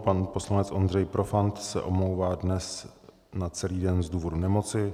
Pan poslanec Ondřej Profant se omlouvá dnes na celý den z důvodu nemoci.